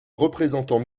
représentant